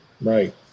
Right